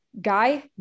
guy